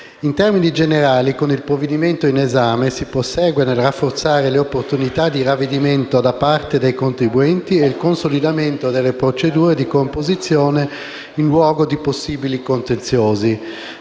In termini generali, con il provvedimento in esame si prosegue nel rafforzare le opportunità di ravvedimento da parte dei contribuenti e il consolidamento delle procedure di composizione in luogo di possibili contenziosi.